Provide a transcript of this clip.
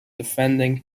defending